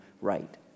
right